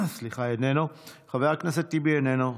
איננו, חבר הכנסת טיבי, איננו.